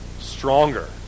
stronger